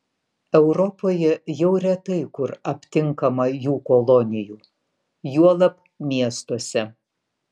europoje jau retai kur aptinkama jų kolonijų juolab miestuose